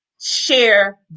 share